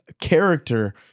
character